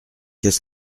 qu’est